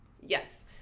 Yes